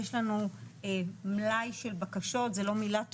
יש לנו מלאי של בקשות זה לא מילה טובה,